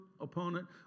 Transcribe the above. opponent